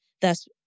thus